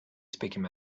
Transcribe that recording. speaking